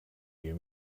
you